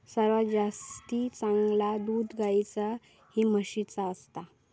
सर्वात जास्ती चांगला दूध गाईचा की म्हशीचा असता?